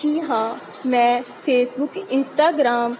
ਜੀ ਹਾਂ ਮੈਂ ਫੇਸਬੁੱਕ ਇੰਸਟਾਗ੍ਰਾਮ